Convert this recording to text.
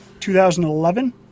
2011